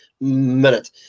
minute